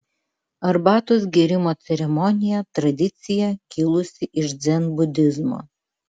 arbatos gėrimo ceremonija tradicija kilusi iš dzenbudizmo